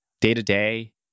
day-to-day